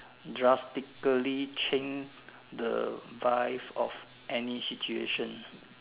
drastically change the vibe of any situation